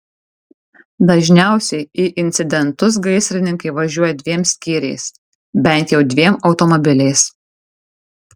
dažniausiai į incidentus gaisrininkai važiuoja dviem skyriais bent jau dviem automobiliais